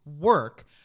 work